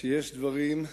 שיש צרות